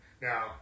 Now